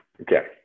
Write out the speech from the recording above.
Okay